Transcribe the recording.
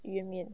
鱼圆面